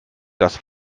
das